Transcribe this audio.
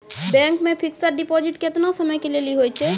Bank मे fixed deposit केतना समय के लेली होय छै?